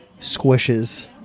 squishes